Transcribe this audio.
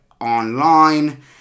online